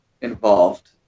involved